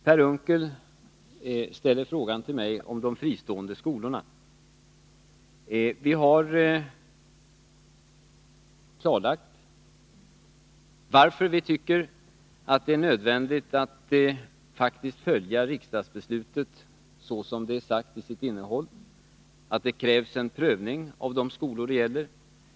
Herr talman! Per Unckel ställer frågan till mig om de fristående skolorna. Vi har klarlagt varför vi tycker att det är nödvändigt att faktiskt följa riksdagsbeslutet, så som det är sagt. Det krävs en prövning av de skolor det gäller.